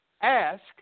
Ask